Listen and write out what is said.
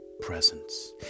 presence